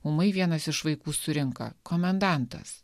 ūmai vienas iš vaikų surinka komendantas